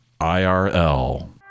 IRL